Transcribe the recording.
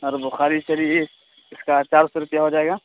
اور بخاری شریف اس کا چار سو روپیہ ہو جائے گا